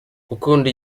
gukunda